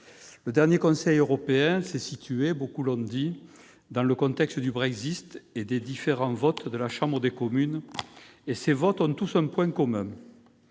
le dernier Conseil européen s'est situé, beaucoup l'ont dit, dans le contexte du Brexit et des différents votes de la Chambre des communes. Ces votes, qui ont toujours